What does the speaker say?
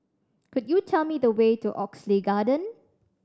could you tell me the way to Oxley Garden